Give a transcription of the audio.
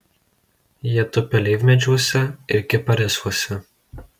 jie tupi alyvmedžiuose ir kiparisuose